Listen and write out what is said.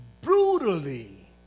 brutally